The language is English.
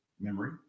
memory